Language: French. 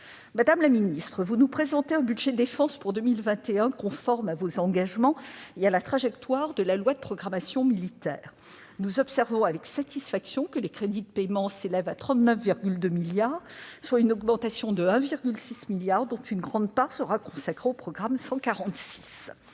Madame la ministre, vous nous présentez un budget de la défense pour 2021 conforme à vos engagements et à la trajectoire de la LPM. Nous observons avec satisfaction que les crédits de paiement s'élèvent à 39,2 milliards d'euros, soit une augmentation de 1,6 milliard d'euros, dont une grande part sera consacrée au programme 146.